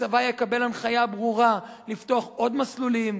הצבא יקבל הנחיה ברורה לפתוח עוד מסלולים,